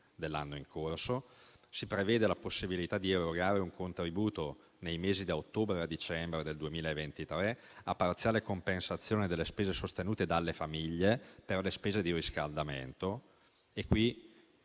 dell'anno in corso. Si prevede la possibilità di erogare un contributo nei mesi da ottobre a dicembre del 2023 a parziale compensazione delle spese sostenute dalle famiglie per le spese di riscaldamento e qui